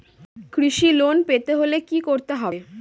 কৃষি লোন পেতে হলে কি করতে হবে?